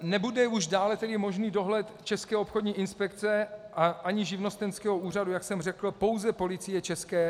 Nebude už dále tedy možný dohled České obchodní inspekce ani živnostenského úřadu, jak jsem řekl, pouze Policie ČR.